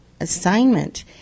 assignment